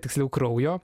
tiksliau kraujo